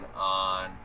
on